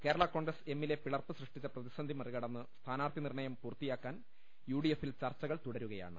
കേരളാ കോൺഗ്രസ് എമ്മിലെ പിളർപ്പ് സൃഷ്ടിച്ച പ്രതിസന്ധി മറികടന്ന് സ്ഥാനാർത്ഥി നീർണയം പൂർത്തിയാക്കാൻ യുഡിഎഫിൽ ചർച്ച കൾ തുടരുകയാണ്